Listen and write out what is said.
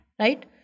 Right